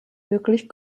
wirklich